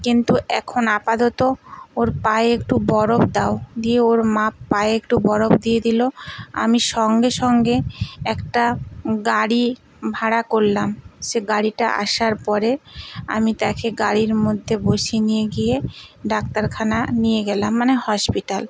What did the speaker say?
কিন্তু এখন আপাতত ওর পায়ে একটু বরফ দাও দিয়ে ওর মা পায়ে একটু বরফ দিয়ে দিলো আমি সঙ্গে সঙ্গে একটা গাড়ি ভাড়া করলাম সে গাড়িটা আসার পরে আমি তাকে গাড়ির মধ্যে বসিয়ে নিয়ে গিয়ে ডাক্তারখানা নিয়ে গেলাম মানে হসপিটাল